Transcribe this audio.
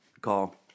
call